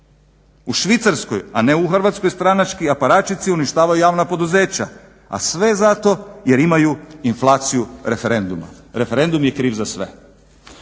U Švicarskoj, a ne u Hrvatskoj stranački aparati uništavaju javna poduzeća, a sve zato jer imaju inflaciju referenduma. Referendum je kriv za sve.